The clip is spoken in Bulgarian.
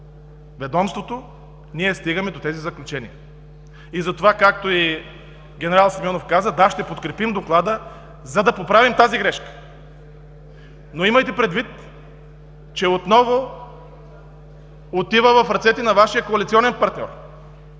ведомството, ние стигаме до тези заключения. Затова, както и генерал Симеонов каза – да, ще подкрепим Доклада, за да поправим тази грешка. Имайте предвид обаче, че отново отива в ръцете на Ваш коалиционен партньор,